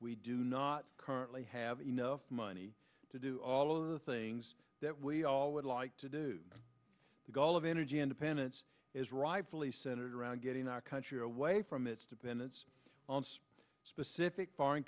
we do not currently have enough money to do all of the things that we all would like to do the goal of energy independence is rightfully senate around getting our country away from its dependence on this specific foreign